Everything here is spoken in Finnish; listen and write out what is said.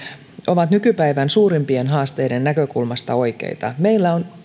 ovat nykypäivän suurimpien haasteiden näkökulmasta oikeita meillä on